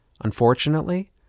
Unfortunately